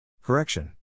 Correction